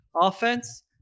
offense